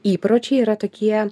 įpročiai yra tokie